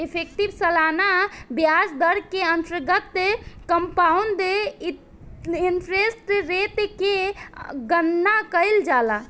effective सालाना ब्याज दर के अंतर्गत कंपाउंड इंटरेस्ट रेट के गणना कईल जाला